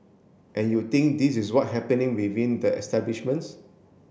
and you think this is what happening within the establishments